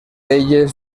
elles